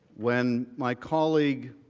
when my colleague